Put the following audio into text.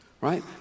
right